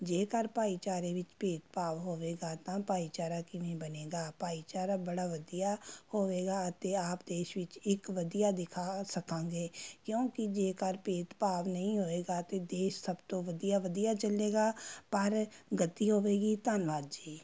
ਜੇਕਰ ਭਾਈਚਾਰੇ ਵਿੱਚ ਭੇਦ ਭਾਵ ਹੋਵੇਗਾ ਤਾਂ ਭਾਈਚਾਰਾ ਕਿਵੇਂ ਬਣੇਗਾ ਭਾਈਚਾਰਾ ਬੜਾ ਵਧੀਆ ਹੋਵੇਗਾ ਅਤੇ ਆਪ ਦੇਸ਼ ਵਿੱਚ ਇੱਕ ਵਧੀਆ ਦਿਖਾ ਸਕਾਂਗੇ ਕਿਉਂਕਿ ਜੇਕਰ ਭੇਦ ਭਾਵ ਨਹੀਂ ਹੋਏਗਾ ਅਤੇ ਦੇਸ਼ ਸਭ ਤੋਂ ਵਧੀਆ ਵਧੀਆ ਚੱਲੇਗਾ ਪਰ ਗਤੀ ਹੋਵੇਗੀ ਧੰਨਵਾਦ ਜੀ